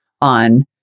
on